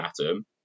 atom